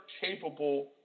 capable